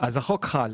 החוק חל.